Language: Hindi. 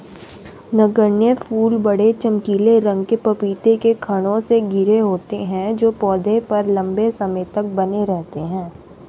नगण्य फूल बड़े, चमकीले रंग के पपीते के खण्डों से घिरे होते हैं जो पौधे पर लंबे समय तक बने रहते हैं